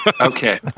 Okay